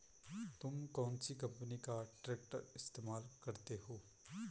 तुम कौनसी कंपनी का ट्रैक्टर इस्तेमाल करते हो?